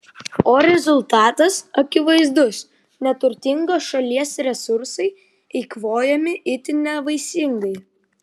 o rezultatas akivaizdus neturtingos šalies resursai eikvojami itin nevaisingai